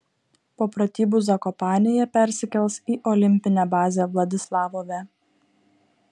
po pratybų zakopanėje persikels į olimpinę bazę vladislavove